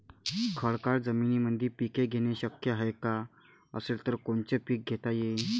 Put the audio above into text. खडकाळ जमीनीमंदी पिके घेणे शक्य हाये का? असेल तर कोनचे पीक घेता येईन?